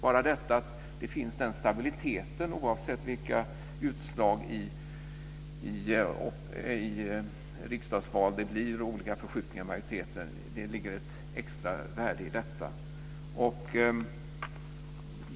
Bara detta att det finns en stabilitet, oavsett vilka utslag i riksdagsval och vilka olika förskjutningar i majoriteten det blir, ligger det ett extra värde i.